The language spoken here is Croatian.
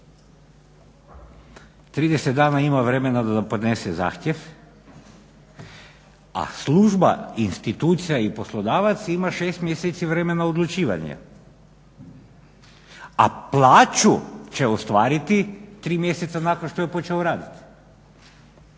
30 dana ima vremena da podnese zahtjev, a služba, institucija i poslodavac ima 6 mjeseci vremena odlučivanje, a plaću će ostvariti 3 mjeseca nakon što je počeo raditi.